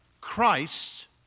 Christ